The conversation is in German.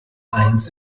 eins